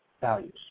values